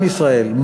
עם ישראל,